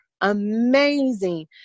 amazing